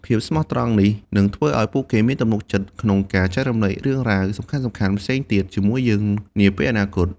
ភាពស្មោះត្រង់នេះនឹងធ្វើឱ្យពួកគេមានទំនុកចិត្តក្នុងការចែករំលែករឿងរ៉ាវសំខាន់ៗផ្សេងទៀតជាមួយយើងនាពេលអនាគត។